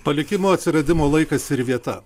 palikimo atsiradimo laikas ir vieta